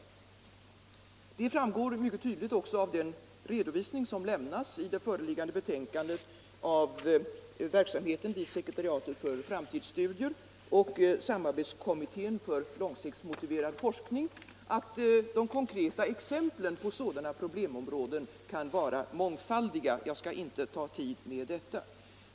Det framgår också mycket tydligt av den redovisning som lämnas i det föreliggande betänkandet av verksamheten vid sekretariatet för framtidsstudier och samarbetskommittén för långsiktsmotiverad forskning att de konkreta exemplen på sådana problemområden kan vara mångfaldiga. Jag skall inte ta upp tid med det.